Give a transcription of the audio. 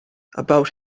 about